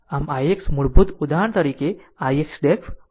આમ ix મૂળભૂત ઉદાહરણ તરીકે ix ' ix " બનશે આ